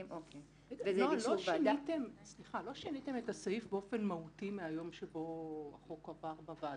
לא שיניתם את הסעיף באופן מהותי מהיום שבו החוק עבר בוועדה?